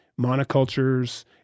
monocultures